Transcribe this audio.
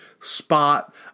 spot